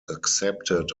accepted